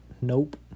nope